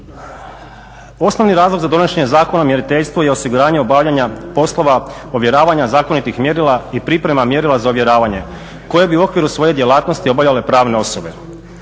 Osnovni razlog za donošenje Zakona o mjeriteljstvu je osiguranje obavljanja poslova ovjeravanja zakonitih mjerila i priprema mjerila za ovjeravanje koje bi u okviru svoje djelatnosti obavljale pravne osobe.